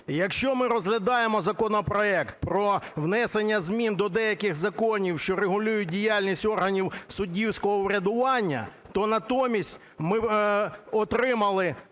Якщо ми розглядаємо законопроект про внесення змін до деяких законів, що регулюють діяльність органів суддівського врядування, то натомість ми отримали